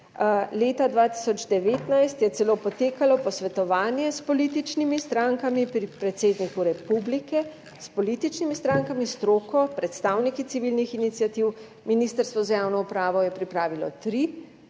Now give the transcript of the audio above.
Leta 2019 je celo potekalo posvetovanje s političnimi strankami pri predsedniku republike, s političnimi strankami, stroko, predstavniki civilnih iniciativ. Ministrstvo za javno upravo je pripravilo tri